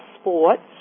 sports